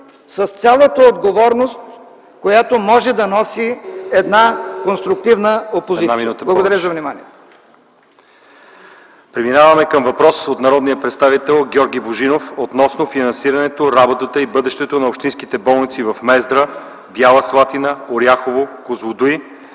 с цялата отговорност, която може да носи една конструктивна опозиция. Благодаря за вниманието. ПРЕДСЕДАТЕЛ ЛЪЧЕЗАР ИВАНОВ: Преминаваме към въпрос от народния представител Георги Божинов относно финансирането, работата и бъдещето на общинските болници в Мездра, Бяла Слатина, Козлодуй,